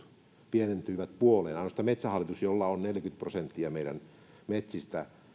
pienentyivät puoleen ainoastaan metsähallitus jolla on neljäkymmentä prosenttia meidän metsistä